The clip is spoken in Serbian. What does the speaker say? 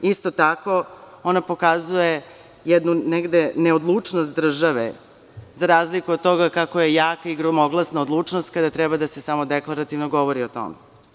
Isto tako, ona pokazuje jednu neodlučnost države, za razliku od toga kako je jaka i gromoglasna odlučnost kada treba da se samo deklarativno govori o tome.